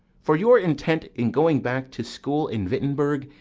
for your intent in going back to school in wittenberg,